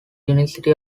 university